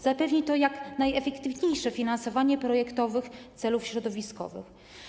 Zapewni to jak najefektywniejsze finansowanie projektowych celów środowiskowych.